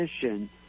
position